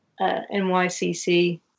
NYCC